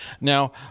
Now